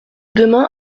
demain